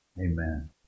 Amen